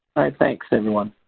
thanks everyone.